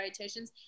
dietitians